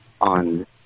on